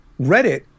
Reddit